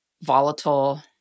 Volatile